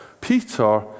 Peter